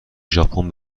ژاپن